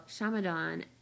Shamadan